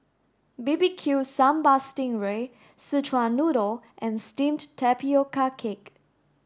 B B Q sambal sting ray Szechuan noodle and steamed tapioca cake